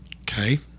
Okay